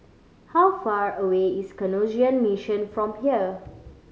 how far away is Canossian Mission from here